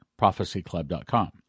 ProphecyClub.com